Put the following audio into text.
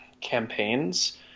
campaigns